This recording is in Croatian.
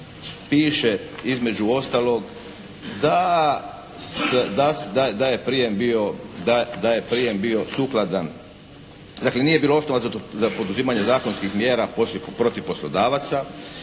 piše između ostalog da je prijem bio sukladan, dakle nije bilo osnova za poduzimanje zakonskih mjera protiv poslodavaca,